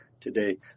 today